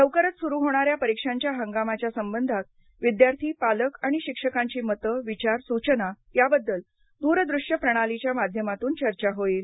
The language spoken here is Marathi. लवकरच सुरू होणाऱ्या परीक्षांच्या हंगामाच्या संबंधात विद्यार्थी पालक आणि शिक्षकांची मतं विचार सूचना याबद्दल दूरदृश्य प्रणालीच्या माध्यमातून चर्चा होईल